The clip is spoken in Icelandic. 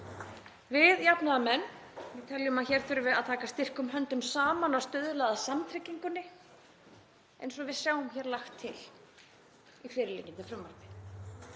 Við jafnaðarmenn teljum að hér þurfi að taka styrkum höndum saman og stuðla að samtryggingunni eins og við sjáum hér lagt til í fyrirliggjandi frumvarpi.